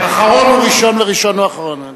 האחרון הוא ראשון, והראשון הוא אחרון.